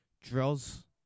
Droz